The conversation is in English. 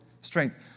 strength